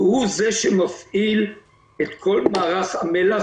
והוא זה שמפעיל את כל מערך המל"ח,